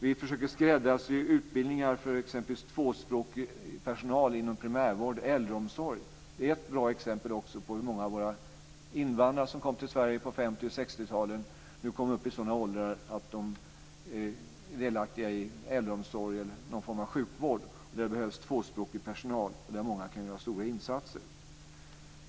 Vi försöker skräddarsy utbildningar för t.ex. tvåspråkig personal inom primärvård och äldreomsorg. Det är ett bra exempel också på hur många av våra invandrare som kom till Sverige på 50 och 60-talen nu kommer upp i sådana åldrar att de blir delaktiga i äldreomsorg eller någon form av sjukvård och där det behövs tvåspråkig personal och där många kan göra stora insatser.